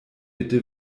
bitte